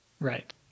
right